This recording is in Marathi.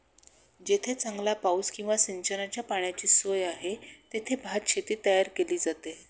जेथे चांगला पाऊस किंवा सिंचनाच्या पाण्याची सोय आहे, तेथे भातशेती तयार केली जाते